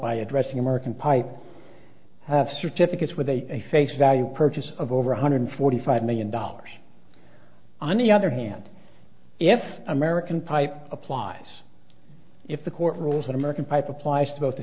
by addressing american pipe have certificates with a face value purchase of over one hundred forty five million dollars on the other hand if american pie applies if the court rules that american pipe applies to both the